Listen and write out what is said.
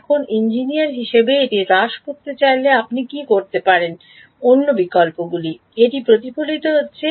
এখন ইঞ্জিনিয়ার হিসাবে এটি হ্রাস করতে চাইলে আপনি কী করতে পারেন অন্য বিকল্পগুলি এটি প্রতিফলিত হচ্ছে